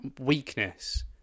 weakness